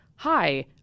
Hi